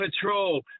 patrol